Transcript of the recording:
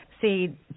See